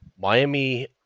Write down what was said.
Miami